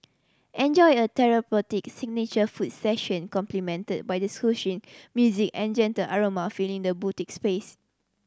enjoy a therapeutic signature foot session complimented by the soothing music and gentle aroma filling the boutique space